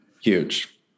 Huge